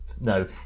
No